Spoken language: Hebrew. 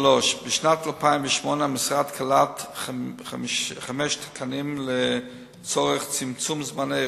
3. בשנת 2008 המשרד קלט חמישה תקנים לצורך צמצום זמני רישום,